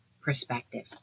perspective